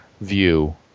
view